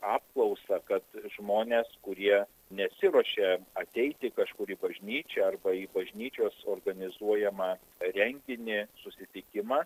apklausą kad žmonės kurie nesiruošė ateiti kažkur į bažnyčią arba į bažnyčios organizuojamą renginį susitikimą